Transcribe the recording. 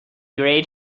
great